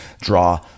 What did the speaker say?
draw